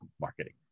marketing